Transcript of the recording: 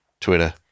Twitter